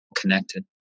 connected